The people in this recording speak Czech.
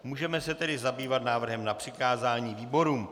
Můžeme se tedy zabývat návrhem na přikázání výborům.